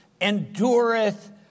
endureth